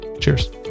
Cheers